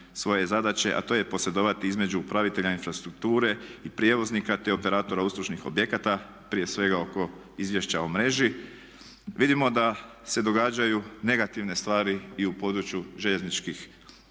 svoje zadaće, a to je posredovati između upravitelja infrastrukture i prijevoznika, te operatora uslužnih objekata, prije svega oko izvješća o mreži. Vidimo da se događaju negativne stvari i u području željezničkom